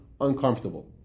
uncomfortable